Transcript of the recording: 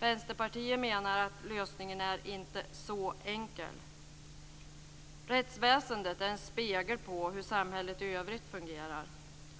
Vänsterpartiet menar att lösningen inte är så enkel. Rättsväsendet är en spegel av hur samhället i övrigt fungerar.